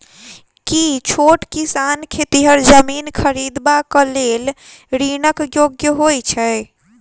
की छोट किसान खेतिहर जमीन खरिदबाक लेल ऋणक योग्य होइ छै?